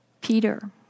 Peter